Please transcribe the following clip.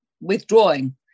withdrawing